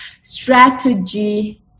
strategy